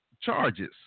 charges